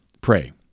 pray